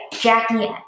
Jackie